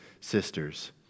sisters